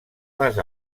les